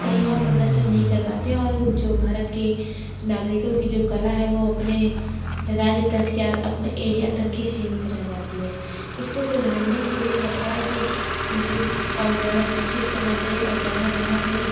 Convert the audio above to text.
कहीं और प्रदर्शन नहीं कर पाते और जो भारत के नागरिकों की जो कला है वो अपने राज्य तक या अपने एरिया तक ही सीमित रह जाती है इसको सुधारने के लिए सरकार को उनको और ज़्यादा शिक्षित करना चाहिए और जगह जगह पर